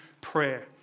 prayer